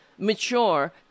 mature